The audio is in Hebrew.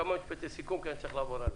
כמה משפטי סיכום כי אני צריך לעבור הלאה.